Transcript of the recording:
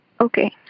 Okay